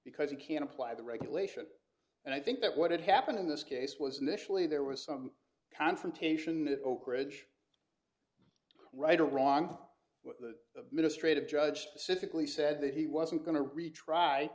because you can apply the regulation and i think that what happened in this case was initially there was some confrontation at oakridge right or wrong the administrative judge pacifically said that he wasn't going to retry